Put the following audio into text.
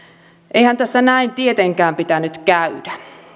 eihän tässä näin tietenkään pitänyt käydä